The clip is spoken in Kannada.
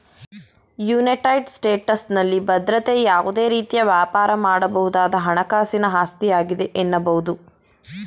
ಯುನೈಟೆಡ್ ಸ್ಟೇಟಸ್ನಲ್ಲಿ ಭದ್ರತೆಯು ಯಾವುದೇ ರೀತಿಯ ವ್ಯಾಪಾರ ಮಾಡಬಹುದಾದ ಹಣಕಾಸಿನ ಆಸ್ತಿಯಾಗಿದೆ ಎನ್ನಬಹುದು